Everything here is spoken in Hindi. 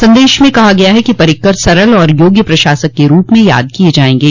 संदेश में कहा गया है कि पर्रिकर सरल और योग्य प्रशासक के रूप में याद किए जाएंगे